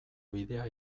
bidea